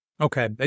Okay